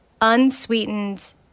unsweetened